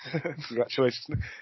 Congratulations